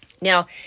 Now